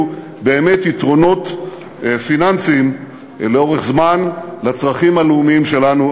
באמת יתרונות פיננסיים לאורך זמן לצרכים הלאומיים שלנו.